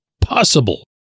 possible